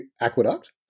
Aqueduct